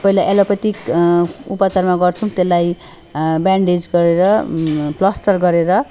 पहिला एलोपेथिक उपचारमा गर्छौँ त्यसलाई ब्यान्डेज गरेर प्लास्टार गरेर